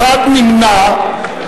נמנע אחד.